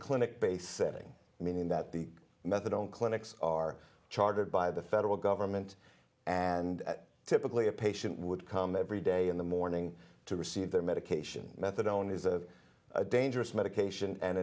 clinic based setting meaning that the methadone clinics are chartered by the federal government and typically a patient would come every day in the morning to receive their medication methadone is a dangerous medication and